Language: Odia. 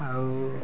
ଆଉ